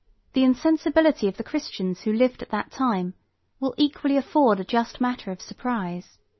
the insensibility of the christians who lived at that time will equally afford a just matter of surprise.